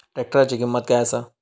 ट्रॅक्टराची किंमत काय आसा?